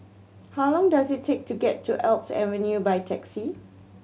how long does it take to get to Alps Avenue by taxi